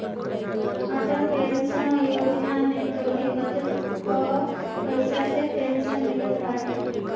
Atal pension Yojana में तोहरी बचत कअ पईसा से पेंशन मिलत बाटे